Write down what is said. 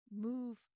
move